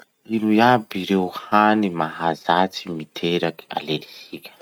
Ino iaby ireo hany mahazatry miteraky alerzika?